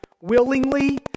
willingly